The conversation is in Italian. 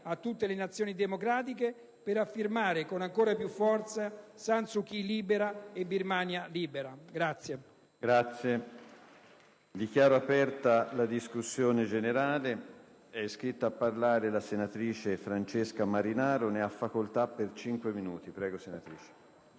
a tutte le Nazioni democratiche, per affermare con ancora più forza: San Suu Kyi libera! Birmania libera!